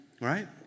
right